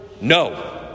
No